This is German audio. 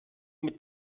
mit